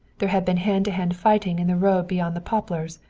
there had been hand-to-hand fighting in the road beyond the poplars.